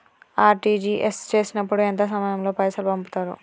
RTGS చేసినప్పుడు ఎంత సమయం లో పైసలు పంపుతరు?